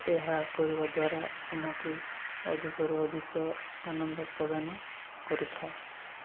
ଏହା କରିବା ଦ୍ୱାରା ଆମକୁ ଅଧିକରୁ ଅଧିକ ଆନନ୍ଦ ପ୍ରଦାନ କରିଥାଏ